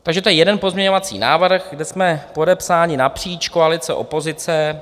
Takže to je jeden pozměňovací návrh, kde jsme podepsáni napříč koalice opozice.